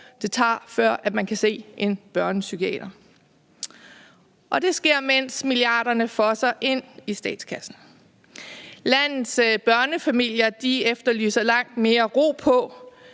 det tager, før man kan se en børnepsykiater, og det sker, mens milliarderne fosser ind i statskassen. Landets børnefamilier efterlyser langt mere ro på,